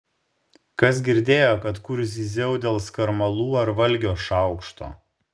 kas girdėjo kad kur zyziau dėl skarmalų ar valgio šaukšto